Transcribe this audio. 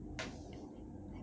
oh